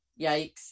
yikes